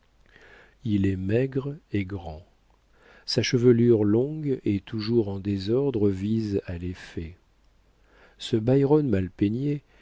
il est maigre et grand sa chevelure longue et toujours en désordre vise à l'effet ce byron mal peigné